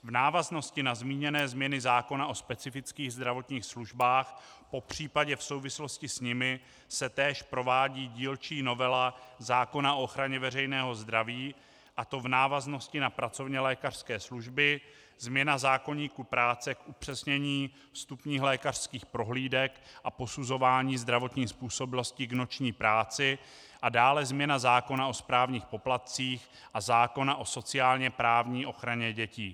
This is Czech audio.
V návaznosti na zmíněné změny zákona o specifických zdravotních službách, popř. v souvislosti s nimi se též provádí dílčí novela zákona o ochraně veřejného zdraví, a to v návaznosti na pracovnělékařské služby, změna zákoníku práce k upřesnění vstupních lékařských prohlídek a posuzování zdravotní způsobilosti k noční práci a dále změna zákona o správních poplatcích a zákona o sociálněprávní ochraně dětí.